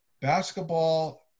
Basketball